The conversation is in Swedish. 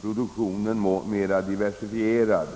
och deras produktion mera diversifierad.